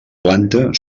planta